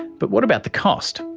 but what about the cost?